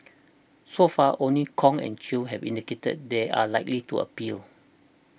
so far only Kong and Chew have indicated they are likely to appeal